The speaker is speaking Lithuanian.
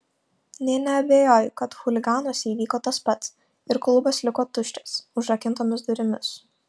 nė neabejojau kad chuliganuose įvyko tas pats ir klubas liko tuščias užrakintomis durimis